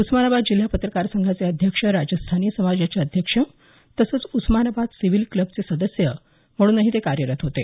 उस्मानाबाद जिल्हा पत्रकार संघाचे अध्यक्ष राजस्थानी समाजाचे अध्यक्ष तसंच उस्मानाबाद सिव्हील क्लबचे सदस्य म्हणूनही ते कार्यरत होते